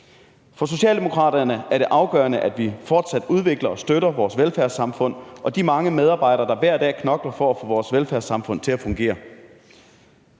For Socialdemokraterne er det afgørende, at vi fortsat udvikler og støtter vores velfærdssamfund og de mange medarbejdere, der hver dag knokler for at få vores velfærdssamfund til at fungere.